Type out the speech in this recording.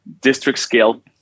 district-scale